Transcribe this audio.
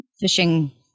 fishing